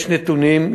יש נתונים,